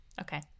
Okay